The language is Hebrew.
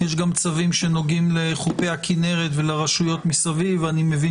יש גם צווים שנוגעים לחופי הכנרת ולרשויות מסביב ואני מבין